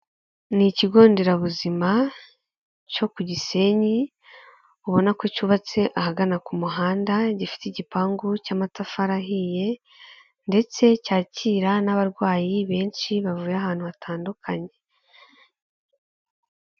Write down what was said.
Ni ikigo nderabuzima cyo ku Gisenyi, ubona ko cyubatse aha gana ku muhanda gifite igipangu cy'amatafari ahiye ndetse cyakira n'abarwayi benshi bavuye ahantu hatandukanye.